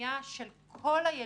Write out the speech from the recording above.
פנייה של כל התלמידים,